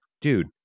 Dude